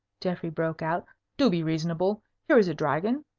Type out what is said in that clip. geoffrey broke out. do be reasonable. here is a dragon.